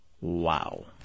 Wow